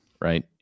right